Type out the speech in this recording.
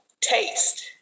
Taste